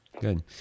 Good